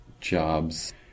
jobs